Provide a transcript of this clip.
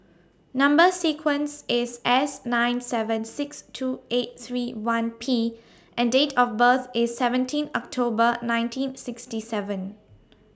Number sequence IS S nine seven six two eight three one P and Date of birth IS seventeen October nineteen sixty seven